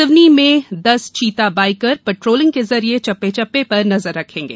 सिवनी में दस चीता बाइकर पेट्रोलियम के जरिए चप्पे चप्पे पर नजर रखेंगे